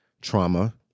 trauma